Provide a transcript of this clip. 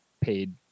paid